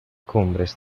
cumbres